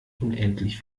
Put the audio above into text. unendlich